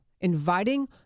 inviting